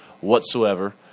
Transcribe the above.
whatsoever